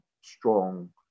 strong